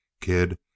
Kid